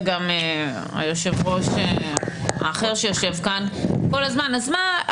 גם היושב-ראש האחר שיושב כאן כל הזמן: אז מה,